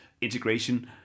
integration